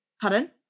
Pardon